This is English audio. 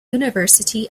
university